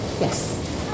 Yes